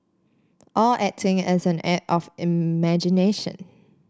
all acting is an act of imagination